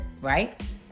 right